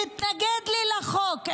תתנגד לחוק,